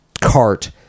cart